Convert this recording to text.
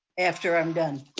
after i'm done.